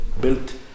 built